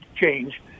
change